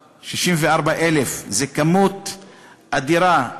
64,000. זו כמות אדירה,